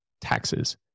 taxes